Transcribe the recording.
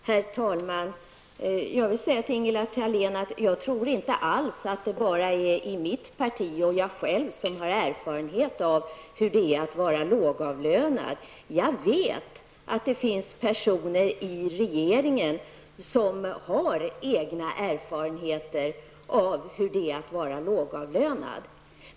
Herr talman! Jag vill säga till Ingela Thalén att jag inte alls tror att bara jag själv eller personer i mitt parti har erfarenhet av hur det är att vara lågavlönad. Jag vet att det finns personer i regeringen som har egna sådana erfarenheter.